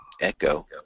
echo